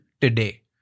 today